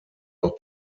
auch